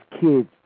kids